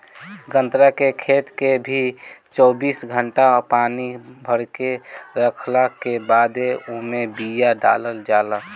गन्ना के खेत के भी चौबीस घंटा पानी भरके रखला के बादे ओमे बिया डालल जाला